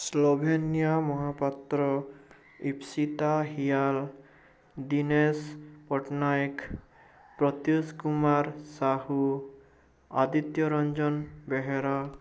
Slovenia Mahapatra Ipsita ହିଆଲ ଦିନେଶ ପଟ୍ଟନାୟକ ପ୍ରତ୍ୟୁଷ କୁମାର ସାହୁ ଆଦିତ୍ୟ ରଞ୍ଜନ ବେହେରା